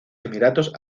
emiratos